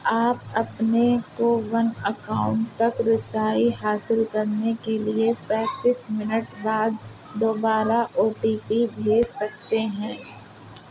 آپ اپنے کوون اکاؤنٹ تک رسائی حاصل کرنے کے لیے پینتس منٹ بعد دوبارہ او ٹی پی بھیج سکتے ہیں